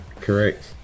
correct